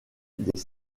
des